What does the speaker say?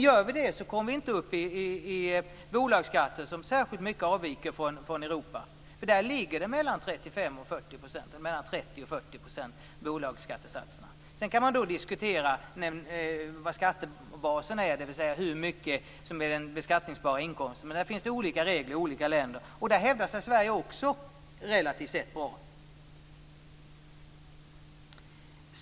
Gör vi det kommer vi inte att ha bolagsskatter som avviker särskilt mycket från dem som finns i övriga Europa. Där ligger bolagsskattesatserna mellan 30 % och 40 %. Man kan diskutera hur stor skattebasen är, dvs. hur mycket som är beskattningsbar inkomst. Det finns olika regler i olika länder. Också där hävdar sig Sverige relativt sett bra.